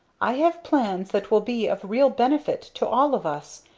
i have plans that will be of real benefit to all of us,